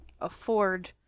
afford